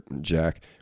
Jack